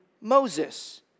Moses